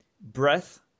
breath